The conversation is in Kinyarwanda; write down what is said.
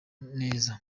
neza